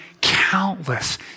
countless